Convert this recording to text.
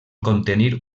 contenir